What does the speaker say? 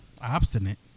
obstinate